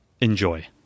Enjoy